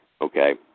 Okay